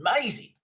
amazing